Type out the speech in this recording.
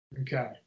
Okay